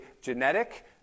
genetic